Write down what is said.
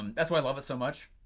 um that's why i love it so much.